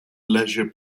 leisure